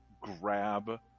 grab